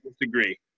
disagree